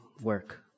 work